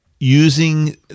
using